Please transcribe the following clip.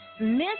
Miss